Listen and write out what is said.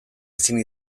ezin